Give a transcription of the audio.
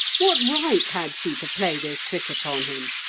what right had she to play this trick upon him?